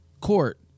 court